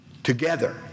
together